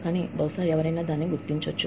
కానీ ఎవరైనా దాన్ని గుర్తిస్తారు